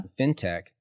fintech